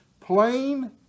plain